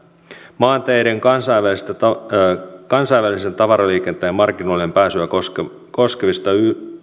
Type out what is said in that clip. maanteiden kansainvälisen tavaraliikenteen markkinoille pääsyä koskevista koskevista